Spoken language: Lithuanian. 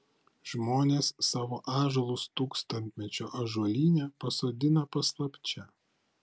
žmonės savo ąžuolus tūkstantmečio ąžuolyne pasodina paslapčia